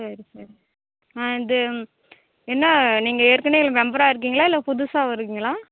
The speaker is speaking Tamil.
சரி சரி ஆ இது என்ன நீங்கள் ஏற்கனவே இதில் மெம்பராக இருக்கீங்களா இல்லை புதுசாக வர்றீங்களா